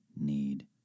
need